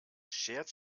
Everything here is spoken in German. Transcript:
schert